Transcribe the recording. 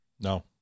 no